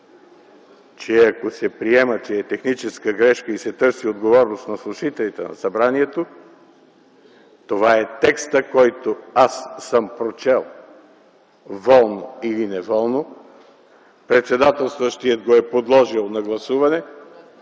че ако се приема, че е техническа грешка и се търси отговорност на служителите на Събранието, това е текста, който аз съм прочел, волно или неволно, председателстващият го е подложил на гласуване